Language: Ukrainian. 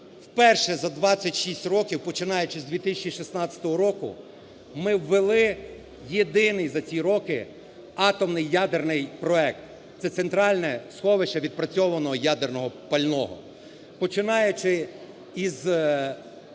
вперше за 26 років, починаючи з 2016 року, ми ввели єдиний за ці роки атомний ядерний проект – це центральне сховище відпрацьованого ядерного пального.